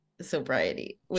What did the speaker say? sobriety